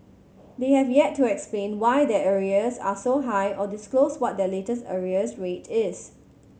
they have yet to explain why their arrears are so high or disclose what their latest arrears rate is